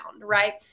right